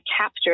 capture